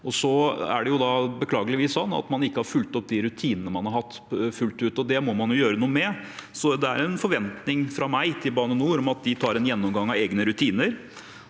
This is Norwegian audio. er det beklageligvis sånn at man ikke fullt ut har fulgt opp de rutinene man har hatt. Det må man gjøre noe med. Det er en forventning fra meg til Bane NOR om at de tar en gjennomgang av egne rutiner,